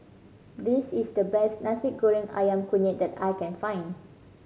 this is the best Nasi Goreng Ayam Kunyit that I can find